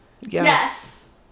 Yes